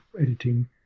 editing